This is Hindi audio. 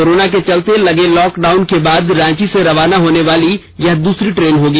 कोरोना के चलते लगे लॉकडाउन के बाद रांची से रवाना होने वाली यह दूसरी ट्रेन होगी